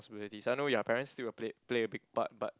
~sibilities I know ya parents still got play play a big part but